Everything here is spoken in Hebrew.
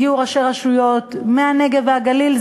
הגיעו ראשי רשויות מהנגב והגליל,